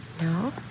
No